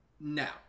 now